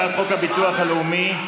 הצעת חוק הביטוח הלאומי,